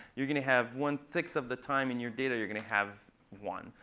you're going to have one six of the time in your data you're going to have one.